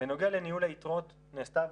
בנוגע לניהול היתרות, נעשתה עבודה.